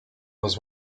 was